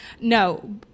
no